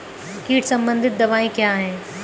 कीट संबंधित दवाएँ क्या हैं?